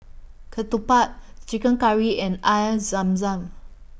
Ketupat Chicken Curry and Air Zam Zam